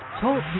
Talk